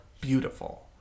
beautiful